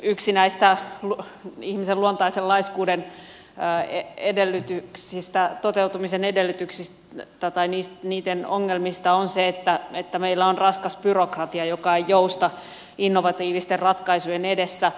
yksi näistä ihmisen luontaisen laiskuuden toteutumisen ongelmista on se että meillä on raskas byrokratia joka ei jousta innovatiivisten ratkaisujen edessä